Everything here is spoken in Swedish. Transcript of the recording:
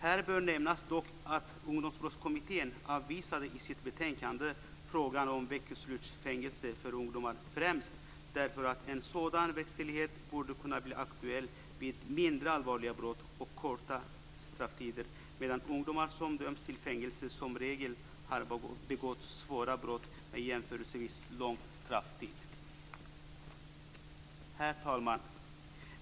Här bör dock nämnas att Ungdomsbrottskommittén i sitt betänkande avvisade frågan om veckoslutsfängelse för ungdomar främst därför att en sådan verkställighet borde kunna bli aktuell vid mindre allvarliga brott och korta strafftider, medan ungdomar som döms till fängelse som regel har begått svåra brott med jämförelsevis lång strafftid som följd. Herr talman!